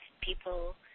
people